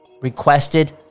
requested